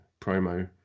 promo